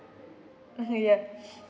ya